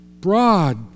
broad